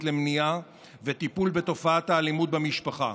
למניעה וטיפול בתופעת האלימות במשפחה